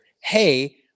Hey